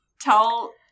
tell